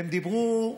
והם דיברו,